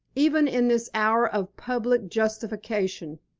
even in this hour of public justification.